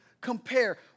compare